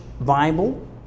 Bible